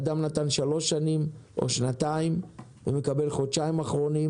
אדם נתן שלוש שנים או שנתיים ומקבל חודשיים אחרונים